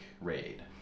raid